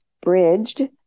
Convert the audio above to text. bridged